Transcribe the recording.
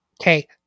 Okay